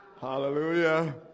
hallelujah